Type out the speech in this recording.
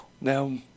Now